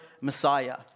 Messiah